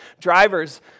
Drivers